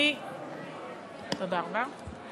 תודה רבה.